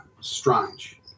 strange